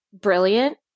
brilliant